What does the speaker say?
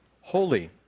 holy